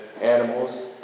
animals